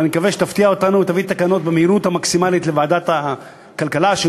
ואני מקווה שתפתיע אותנו ותביא תקנות לוועדת הכלכלה במהירות המקסימלית,